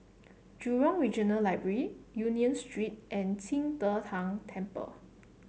Jurong Regional Library Union Street and Qing De Tang Temple